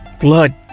blood